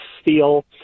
steel